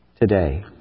today